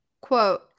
quote